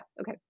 okay